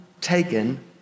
taken